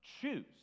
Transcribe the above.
choose